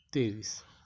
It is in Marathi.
तेवीस